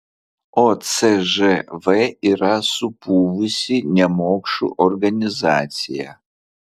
o cžv yra supuvusi nemokšų organizacija